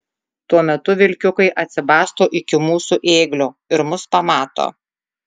tuo metu vilkiukai atsibasto iki mūsų ėglio ir mus pamato